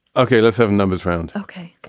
okay, let's have a numbers round. okay.